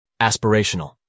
Aspirational